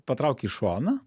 patrauki į šoną